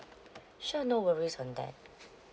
sure no worries on that